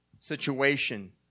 situation